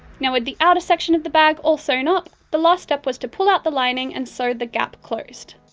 now with the outer section of the bag all sewn up, the last step was to pull out the lining and sew the gap closed.